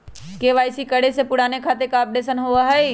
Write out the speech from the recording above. KYC करें से पुराने खाता के अपडेशन होवेई?